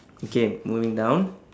okay moving down